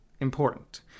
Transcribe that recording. important